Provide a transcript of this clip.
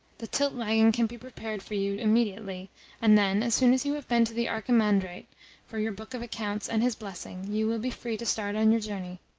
the tilt-waggon can be prepared for you immediately and then, as soon as you have been to the archimandrite for your book of accounts and his blessing, you will be free to start on your journey.